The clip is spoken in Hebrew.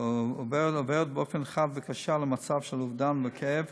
עוברת באופן חד וקשה למצב של אובדן וכאב,